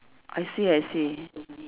I see I see